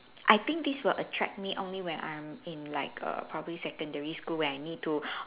I think this will attract me only when I'm in like err probably secondary school when I need to